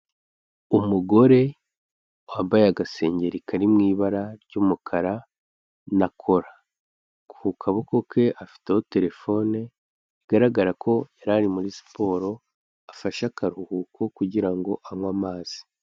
Umugore wambaye agasengeri kari mu ibara ry'umukara na kora, ku kaboko ke afiteho telefone, bigaragara ko yari ari muri siporo, afashe akaruhuko kugira ngo anywe amazi.